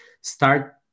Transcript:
start